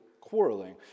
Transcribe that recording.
quarreling